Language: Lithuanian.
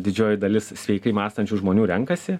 didžioji dalis sveikai mąstančių žmonių renkasi